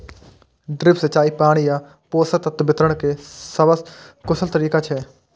drip सिंचाई पानि आ पोषक तत्व वितरण के सबसं कुशल तरीका छियै